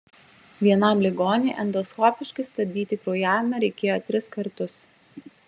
vienam ligoniui endoskopiškai stabdyti kraujavimą reikėjo tris kartus